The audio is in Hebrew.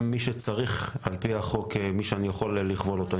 גם מי שעל פי החוק אני יכול לכבול אותו,